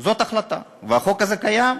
זו החלטה, והחוק הזה קיים.